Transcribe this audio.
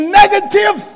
negative